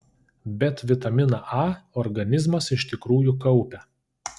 bet vitaminą a organizmas iš tikrųjų kaupia